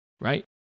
right